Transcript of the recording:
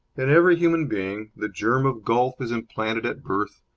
in every human being the germ of golf is implanted at birth,